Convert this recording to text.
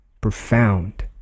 profound